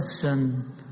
question